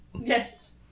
Yes